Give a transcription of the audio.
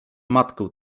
matkę